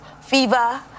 fever